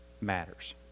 matters